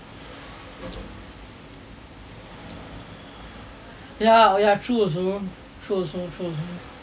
ya oh ya true also true also true also